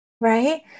Right